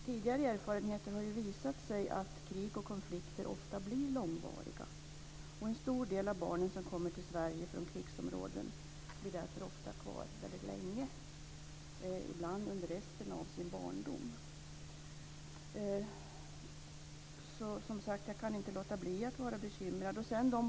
Tidigare erfarenheter har ju visat att krig och konflikter ofta blir långvariga. En stor del av de barn som kommer till Sverige från krigsområden blir därför ofta kvar väldigt länge, ibland under resten av sin barndom. Jag kan alltså inte undgå att vara bekymrad.